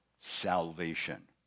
salvation